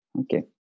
Okay